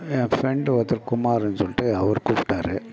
என் friend ஒருத்தர் குமாருன்னு சொல்லிட்டு அவர் கூப்பிட்டாரு